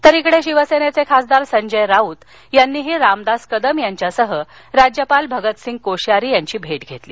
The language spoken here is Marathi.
तर इकडे शिवसेनेचे खासदार संजय राऊत यांनीही रामदास कदम यांच्यासह राज्यपाल भगतसिंग कोश्यारी यांची भेट घेतली